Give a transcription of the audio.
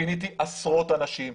פיניתי עשרות אנשים,